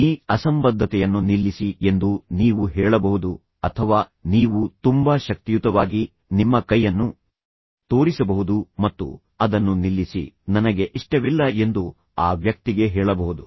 ಈ ಅಸಂಬದ್ಧತೆಯನ್ನು ನಿಲ್ಲಿಸಿ ಎಂದು ನೀವು ಹೇಳಬಹುದು ಅಥವಾ ನೀವು ತುಂಬಾ ಶಕ್ತಿಯುತವಾಗಿ ನಿಮ್ಮ ಕೈಯನ್ನು ತೋರಿಸಬಹುದು ಮತ್ತು ಅದನ್ನು ನಿಲ್ಲಿಸಿ ನನಗೆ ಇಷ್ಟವಿಲ್ಲ ಎಂದು ಆ ವ್ಯಕ್ತಿಗೆ ಹೇಳಬಹುದು